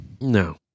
No